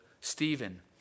Stephen